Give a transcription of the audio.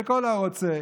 וכל הרוצה,